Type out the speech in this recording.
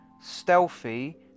stealthy